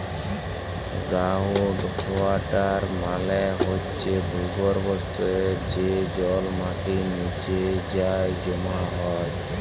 ground water মালে হছে ভূগর্ভস্থ যে জল মাটির লিচে যাঁয়ে জমা হয়